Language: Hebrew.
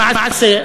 למעשה,